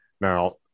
Now